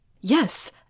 Yes